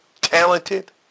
Talented